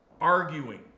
arguing